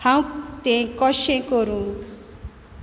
हांव तें कशें करूं